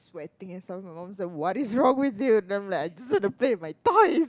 sweating and stuff and my mom is like what is wrong with you then I'm like I just want to play with my toys